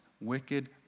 wicked